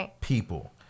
people